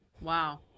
wow